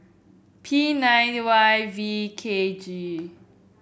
P nine Y V K G